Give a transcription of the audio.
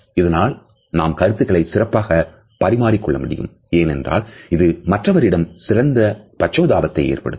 இதனால் நாம் கருத்துக்களை சிறப்பாக பரிமாறிக்கொள்ள முடியும் ஏனென்றால் இது மற்றவரிடம் சிறந்த பச்சாதாபத்தை ஏற்படுத்தும்